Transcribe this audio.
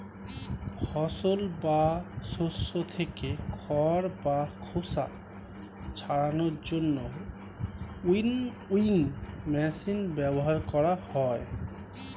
ফসল বা শস্য থেকে খড় বা খোসা ছাড়ানোর জন্য উইনউইং মেশিন ব্যবহার করা হয়